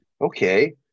Okay